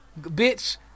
Bitch